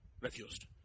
refused